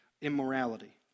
immorality